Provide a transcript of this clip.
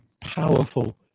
powerful